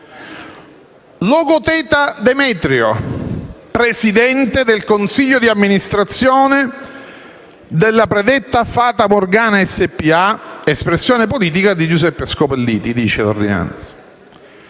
Logoteta Demetrio, presidente del consiglio di amministrazione della predetta Fata Morgana spa, espressione politica di Giuseppe Scopelliti (così dice l'ordinanza),